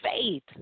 faith